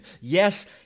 Yes